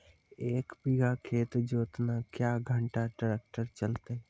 एक बीघा खेत जोतना क्या घंटा ट्रैक्टर चलते?